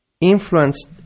influenced